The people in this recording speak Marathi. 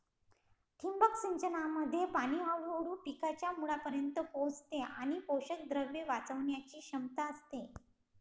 ठिबक सिंचनामध्ये पाणी हळूहळू पिकांच्या मुळांपर्यंत पोहोचते आणि पोषकद्रव्ये वाचवण्याची क्षमता असते